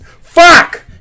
Fuck